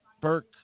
Burke